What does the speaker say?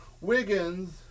Wiggins